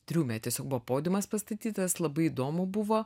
triume tiesiog buvo podiumas pastatytas labai įdomu buvo